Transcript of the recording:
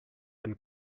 and